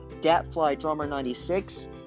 datflydrummer96